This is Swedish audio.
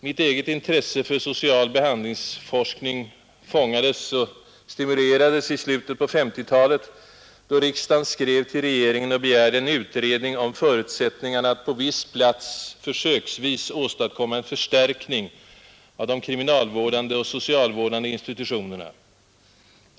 Mitt eget intresse för social behandlingsforskning fångades och stimulerades på allvar i slutet av 1950-talet, då riksdagen skrev till regeringen och begärde en utredning om förutsättningarna att på viss plats försöksvis åstadkomma en förstärkning av de kriminalvårdande och socialvårdande institutionerna.